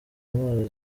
ntwaro